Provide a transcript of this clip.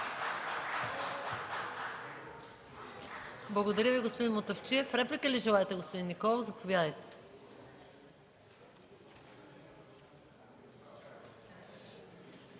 Благодаря Ви, господин Мутафчиев. Реплика ли желаете, господин Николов? Заповядайте.